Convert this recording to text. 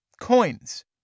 Coins